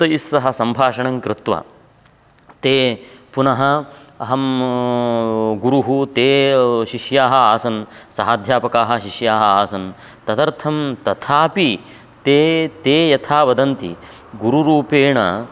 तैः सह सम्भाषणं कृत्वा ते पुनः अहं गुरुः ते शिष्याः आसन् सहाध्यापकाः शिष्याः आसन् तदर्थं तथापि ते ते यथा वदन्ति गुरुरूपेण